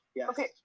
Okay